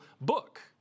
book